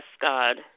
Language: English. God